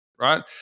right